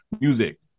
music